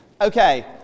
Okay